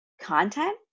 content